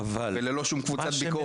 וללא שום קבוצת ביקורת.